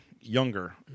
younger